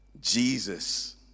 Jesus